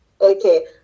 okay